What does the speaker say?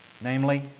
namely